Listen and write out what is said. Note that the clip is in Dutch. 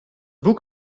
boek